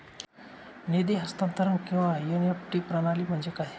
निधी हस्तांतरण किंवा एन.ई.एफ.टी प्रणाली म्हणजे काय?